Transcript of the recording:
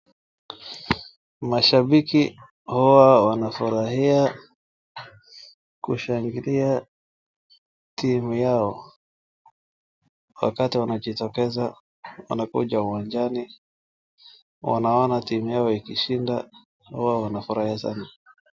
Mashabiki huwa wanafurahia kushangilia timu yao, wakati wanajitokeza, wanakuja uwanjani, wanaona timu yao ikishinda na huwa wanafurahi sana.